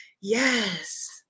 Yes